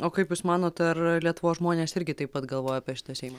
o kaip jūs manot ar lietuvos žmonės irgi taip pat galvoja apie šitą seimą